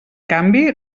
canvi